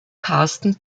carsten